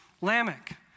Lamech